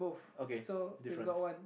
okay difference